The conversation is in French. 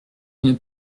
une